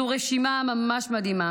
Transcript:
זו רשימה ממש מדהימה,